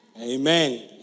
Amen